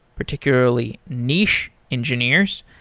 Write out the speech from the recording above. particularly niche engineers,